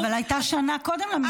בואי נעשה משחק תפקידים.